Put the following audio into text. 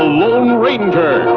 lone ranger.